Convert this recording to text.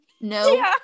No